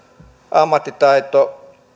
ammattitaito